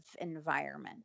environment